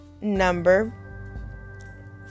Number